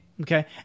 okay